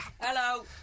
Hello